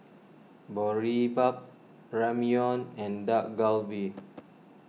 Boribap Ramyeon and Dak Galbi